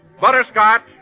butterscotch